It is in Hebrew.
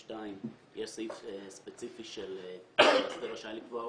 שב-6(א)(2) יש סעיף ספציפי של המאסדר רשאי לקבוע הוראות,